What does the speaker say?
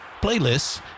Playlists